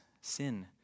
sin